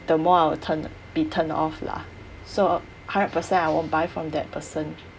the more I will turned be turned off lah so hundred percent I won't buy from that person